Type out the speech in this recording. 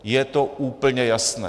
Je to úplně jasné.